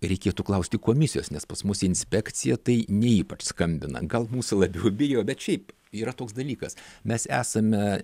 reikėtų klausti komisijos nes pas mus inspekcija tai ne ypač skambina gal mūsų labiau bijo bet šiaip yra toks dalykas mes esame